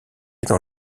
dans